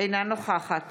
אינה נוכחת